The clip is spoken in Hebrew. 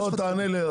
לא תענה לי.